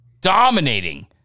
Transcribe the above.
dominating